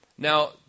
Now